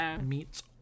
meets